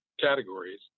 categories